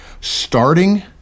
Starting